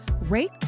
rate